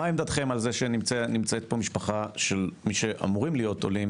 מה עמדתכם על זה שנמצאת פה משפחה של מי שאמורים להיות עולים